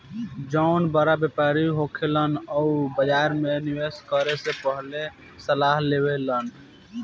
जौन बड़ व्यापारी होखेलन उ बाजार में निवेस करे से पहिले सलाह लेवेलन